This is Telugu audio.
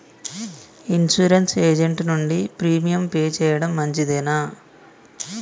ఇన్సూరెన్స్ ఏజెంట్ నుండి ప్రీమియం పే చేయడం మంచిదేనా?